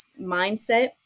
mindset